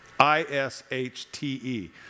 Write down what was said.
I-S-H-T-E